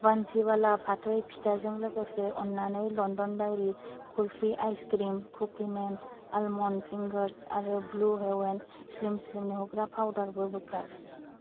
बन्सिवाला फाथै फिथा जों लोगोसे अन्नानै London dairy kulfi ice cream cookie man almond fingers आरो ब्लु हेवेन स्लिम स्लिम नुहोग्रा पाउदारबो बोखार